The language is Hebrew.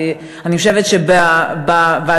כי אני חושבת שבוועדת,